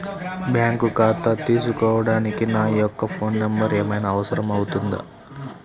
Bank ఖాతా తీసుకోవడానికి నా యొక్క ఫోన్ నెంబర్ ఏమైనా అవసరం అవుతుందా?